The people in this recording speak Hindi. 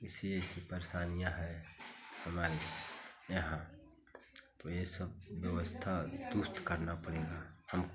ऐसी ऐसी परेशानियाँ है हमारे यहाँ तो यह सब व्यवस्था दुरुस्त करना पड़ेगा हमको